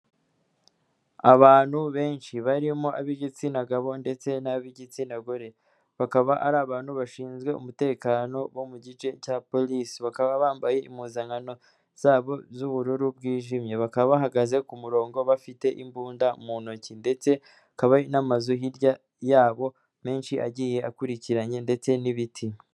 Abantu benshi barimo ab'igitsina gabo ndetse n'ab'igitsina gore, bakaba ari abantu bashinzwe umutekano bo mu gice cya porisi, bakaba bambaye impuzankano zabo z'ubururu bwijimye, bakaba bahagaze ku murongo bafite imbunda mu ntoki, ndetse n'amazu hirya yabo menshi agiye akurikiranye ndetse n'ibiti.